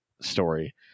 story